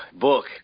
book